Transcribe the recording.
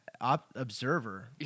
observer